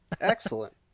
Excellent